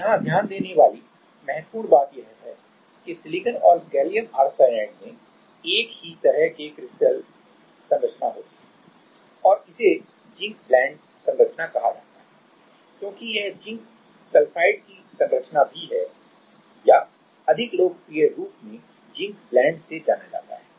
तो यहां ध्यान देने वाली महत्वपूर्ण बात यह है कि सिलिकॉन और गैलियम आर्सेनाइड में एक ही तरह की क्रिस्टल संरचना होती है और इसे जिंक ब्लेंड संरचना कहा जाता है क्योंकि यह जिंक सल्फाइड की संरचना भी है या अधिक लोकप्रिय रूप में जिंक ब्लेंड से जाना जाता है